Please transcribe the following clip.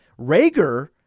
Rager